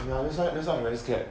ya that's why that's why I very scared